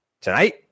Tonight